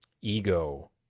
Ego